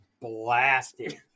blasted